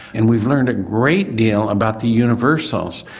and we've learned a great deal about the universals.